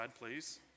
please